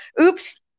Oops